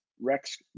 Rex